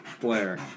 Blair